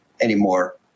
anymore